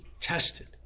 tested